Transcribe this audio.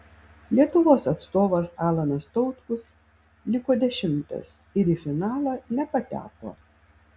lietuvos atstovas alanas tautkus liko dešimtas ir į finalą nepateko